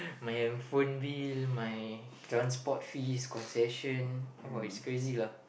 my hand phone bill my transport fees concession oh it's crazy lah